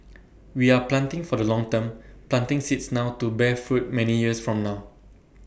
we are planting for the long term planting seeds now to bear fruit many years from now